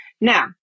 Now